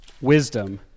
Wisdom